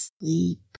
sleep